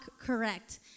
correct